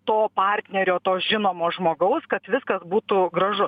to partnerio to žinomo žmogaus kad viskas būtų gražu